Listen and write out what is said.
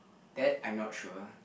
that I'm not sure